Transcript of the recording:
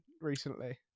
recently